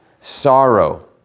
sorrow